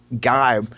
guy